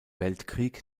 weltkrieg